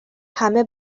همه